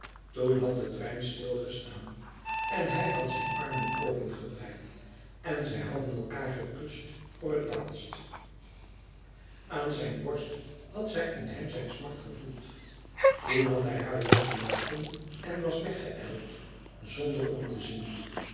toen had de trein stilgestaan en hij had zijn armen opengebreid en zij hadden elkaâr gekust voor het laatst aan zijn borst had zij in hem zijn smart gevoeld toen had hij haar losgelaten en was weg geijld zonder om te zien